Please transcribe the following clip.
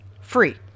Free